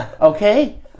Okay